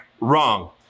Wrong